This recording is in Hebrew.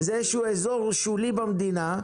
זה איזשהו אזור שולי במדינה,